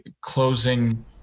closing